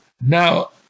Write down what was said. Now